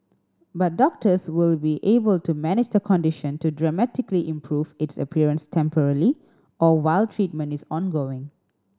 but doctors will be able to manage the condition to dramatically improve its appearance temporarily or while treatment is ongoing